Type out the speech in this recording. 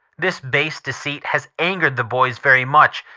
this base deceit has angered the boys very much,